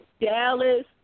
Dallas